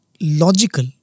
logical